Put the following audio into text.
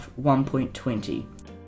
1.20